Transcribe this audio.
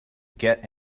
get